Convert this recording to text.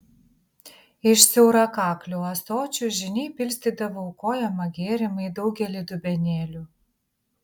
iš siaurakaklių ąsočių žyniai pilstydavo aukojamą gėrimą į daugelį dubenėlių